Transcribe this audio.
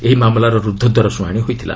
ଏହି ମାମଲାର ରୁଦ୍ଧଦ୍ୱାର ଶୁଣାଶି ହୋଇଥିଲା